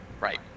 Right